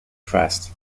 crust